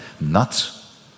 nuts